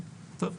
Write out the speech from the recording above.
טוב.